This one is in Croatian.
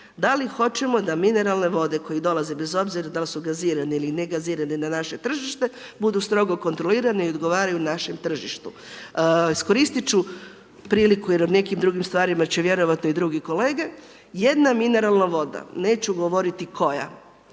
Da li hoćemo da mineralne vode koje dolaze bez obzira da li su gazirane ili negazirane na naše tržište budu strogo kontrolirane i odgovaraju našem tržištu. Iskoristit ću priliku jer o nekim drugim stvarima će vjerojatno i drugi kolege. Jedna mineralna voda, neću govoriti koja